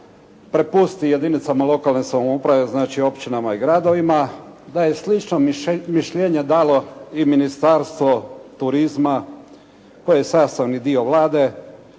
prepusti jedinicama lokalne samouprave znači općinama i gradovima. Da je slično mišljenje dalo i Ministarstvo turizma koje je sastavni dio Vlade.